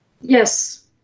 Yes